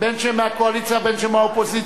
בין שהם מהקואליציה ובין שהם מהאופוזיציה.